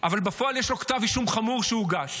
אבל בפועל יש לו כתב אישום חמור שהוגש.